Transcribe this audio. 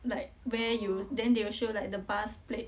like where you then they will show like the bus plate